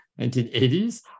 1980s